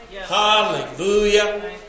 Hallelujah